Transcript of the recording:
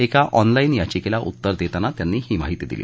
एका ऑनलाईन याचिकेला उत्तर देताना त्यांनी ही माहिती दिली